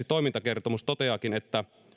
toimintakertomus toteaakin että